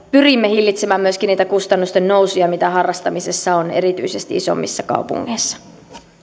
pyrimme hillitsemään myöskin niitä kustannusten nousuja mitä harrastamisessa on erityisesti isommissa kaupungeissa